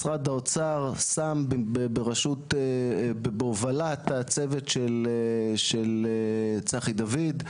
משרד האוצר שם בהובלת הצוות של צחי דוד,